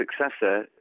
successor